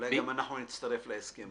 אולי גם אנחנו נצטרף להסכם הזה.